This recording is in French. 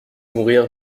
mourir